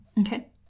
Okay